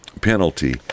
penalty